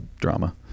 drama